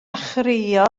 chrio